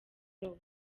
roho